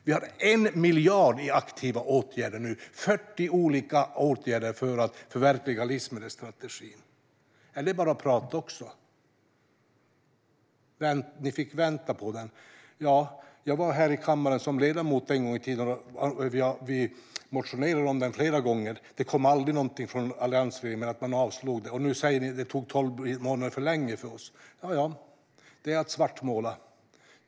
Vi har 1 miljard i aktiva åtgärder nu - 40 olika åtgärder för att förverkliga livsmedelsstrategin. Är det också bara prat? Ni fick vänta på den. Jag var här i kammaren som ledamot en gång i tiden, och vi motionerade om den flera gånger. Det kom aldrig något från alliansregeringen, utan den avslogs. Ni säger att det tog tolv månader för lång tid för oss. Det är att svartmåla.